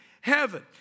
heaven